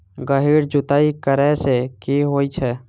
गहिर जुताई करैय सँ की होइ छै?